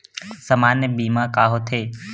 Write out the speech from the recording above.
सामान्य बीमा का होथे?